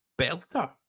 belter